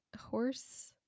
horse